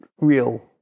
real